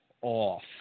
off